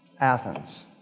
Athens